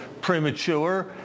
premature